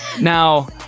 Now